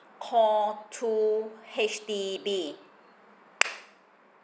call two H_D_B